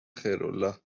خیرالله